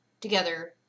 together